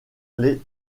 les